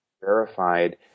verified